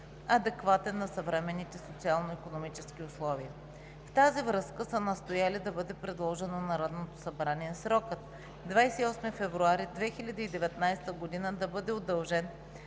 адекватен на съвременните социално-икономически условия. В тази връзка са настояли да бъде предложено на Народното събрание срокът 28 февруари 2019 г. да бъде удължен